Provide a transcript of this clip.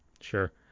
Sure